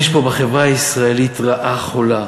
יש פה בחברה הישראלית רעה חולה.